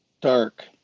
dark